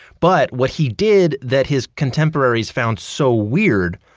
but what he did, that his contemporaries found so weird,